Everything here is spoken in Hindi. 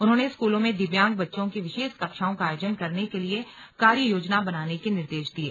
उन्होंने स्कूलों में दिव्यांग बच्चों की विशेष कक्षाओं का आयोजन करने के लिए कार्य योजना बनाने के निर्देश दिये